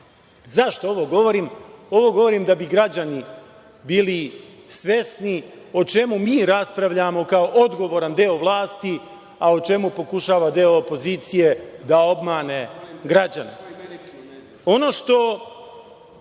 ovo govorim? Ovo govorim da bi građani bili svesni o čemu mi raspravljamo kao odgovoran deo vlasti, a o čemu pokušava deo opozicije da obmane građane.